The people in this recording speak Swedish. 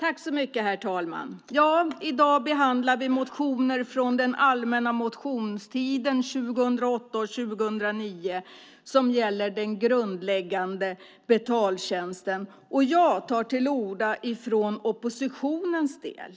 Herr talman! I dag behandlar vi motioner från den allmänna motionstiden 2008 och 2009 som gäller den grundläggande betaltjänsten. Jag tar till orda för oppositionens del.